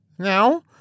now